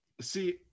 see